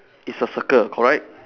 it's a circle correct